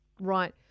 Right